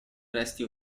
resti